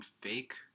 Fake